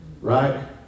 right